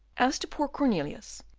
as to poor cornelius,